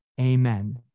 Amen